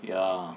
ya